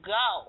go